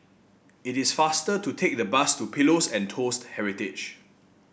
it is faster to take the bus to Pillows and Toast Heritage